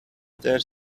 there